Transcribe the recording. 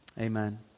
Amen